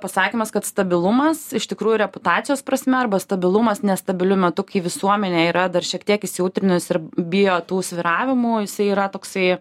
pasakymas kad stabilumas iš tikrųjų reputacijos prasme arba stabilumas nestabiliu metu visuomenė yra dar šiek tiek įsijautrinus ir bijo tų svyravimų jisai yra toksai